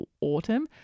autumn